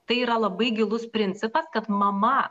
tai yra labai gilus principas kad mama